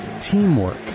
teamwork